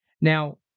now